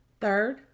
Third